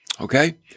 okay